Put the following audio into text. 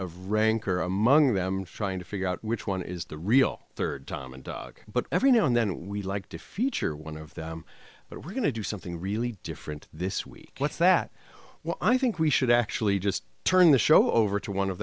of rancor among them trying to figure out which one is the real third time and dog but every now and then we'd like to feature one of them but we're going to do something really different this week let's that well i think we should actually just turn the show over to one of